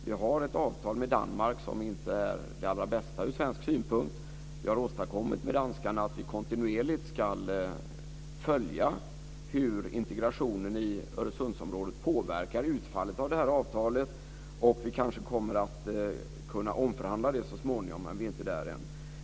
Vi har ett avtal med Danmark som inte är det allra bästa ur svensk synpunkt. Vi har kommit överens med danskar om att vi kontinuerligt ska följa hur integrationen i Öresundsområdet påverkar utfallet av det här avtalet. Vi kommer kanske att kunna omförhandla det så småningom, men vi är inte där ännu.